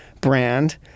brand